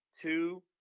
two